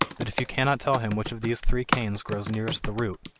that if you cannot tell him which of these three canes grows nearest the root,